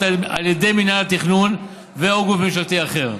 על ידי מינהל התכנון ו/או גוף ממשלתי אחר.